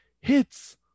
hits